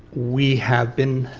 we have been